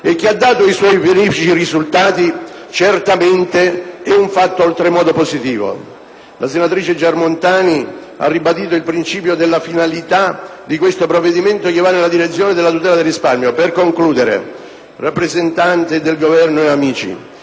e che ha dato i suoi più egregi risultati, certamente è un fatto oltremodo positivo. La senatrice Germontani ha ribadito il principio della finalità di questo provvedimento, che va nella direzione della tutela del risparmio. Per concludere, rappresentanti del Governo e amici,